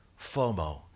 FOMO